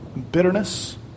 bitterness